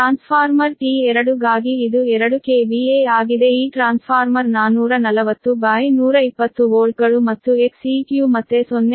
transformer T2 ಗಾಗಿ ಇದು 2KVA ಆಗಿದೆ ಈ ಟ್ರಾನ್ಸ್ಫಾರ್ಮರ್ 440120 ವೋಲ್ಟ್ಗಳು ಮತ್ತು Xeq ಮತ್ತೆ 0